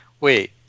Wait